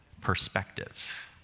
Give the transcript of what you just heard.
perspective